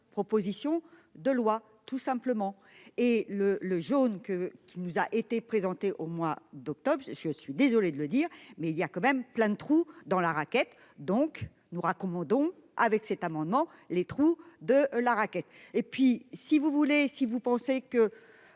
proposition de loi tout simplement et le le jaune que qui nous a été présenté au mois d'octobre. Je suis désolé de le dire mais il y a quand même plein de trous dans la raquette. Donc nous raconte donc avec cet amendement les trous de la raquette et puis si vous voulez, si vous pensez que.